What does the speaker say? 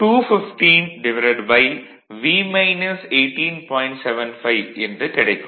75 என்று கிடைக்கும்